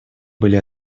были